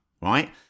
right